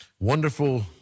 Wonderful